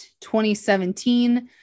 2017